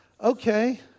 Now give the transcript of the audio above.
okay